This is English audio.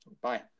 Bye